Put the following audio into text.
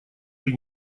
при